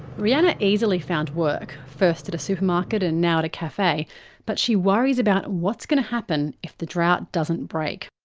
rhianna easily found work first at a supermarket and now at a cafe but she worries about what's going to happen if the drought doesn't break.